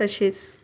तसेच